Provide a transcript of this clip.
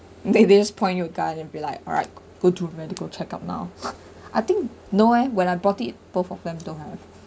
they just point you a gun and you'd be like alright go to medical check-up now I think no eh when I brought it both of them don't have